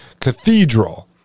cathedral